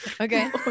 Okay